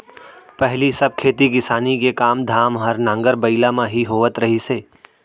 पहिली सब खेती किसानी के काम धाम हर नांगर बइला म ही होवत रहिस हे